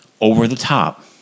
over-the-top